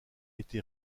été